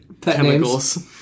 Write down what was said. chemicals